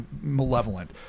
malevolent